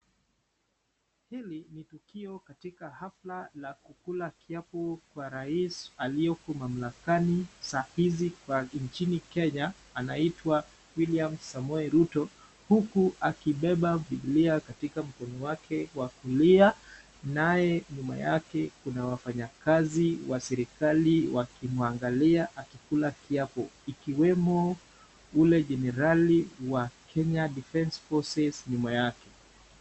Hili ni tukio katika hafla ya kukula kiapo ya rais aliyeko mamlakani saa hizi nchini Kenya anaitwa William Samoei Ruto huku akibeba biblia kwenye mkono wake wa kulia naye nyuma yake kuna wafanyikazi wa serikali wakimwangalia akikula kiapo ikiwemo yule jenerali wa Kenya Defense Forces nyuma yake.